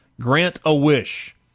Grant-A-Wish